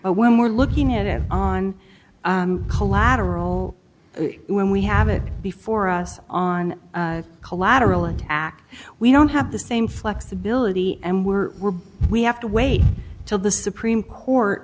when we're looking at it on collateral when we have it before us on collateral and act we don't have the same flexibility and we're we're we have to wait until the supreme court